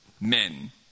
men